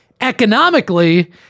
economically